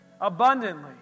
abundantly